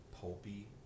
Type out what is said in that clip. pulpy